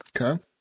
Okay